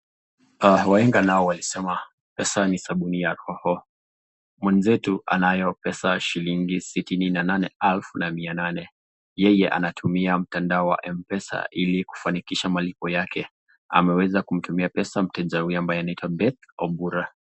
Wahenga nao walisema, pesa ni sabuni ya roho, mwenzetu anayo pesa shilingi sitini na nane elfu na mia nane, yeye anatumia mtandao wa M-Pesa ili kufanikisha malipo yake, ameweza kumtumia pesa mteja huyu ambaye anaitwa Beth Obura.